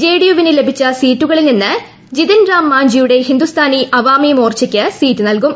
J D യുവിന് ലഭിച്ച സീറ്റുകളിൽ നിന്ന് ജിതിൻ റാം മാഞ്ചിയുടെ ഹിന്ദുസ്ഥാനി അവാമി മോർച്ചയ്ക്ക് സീറ്റ് നൽകും